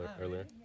earlier